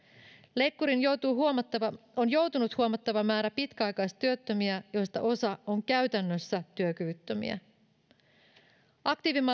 leikkuriin on joutunut huomattava määrä pitkäaikaistyöttömiä joista osa on käytännössä työkyvyttömiä aktiivimallin leikkuri